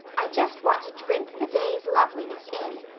i just want to drink the day's loveliness in.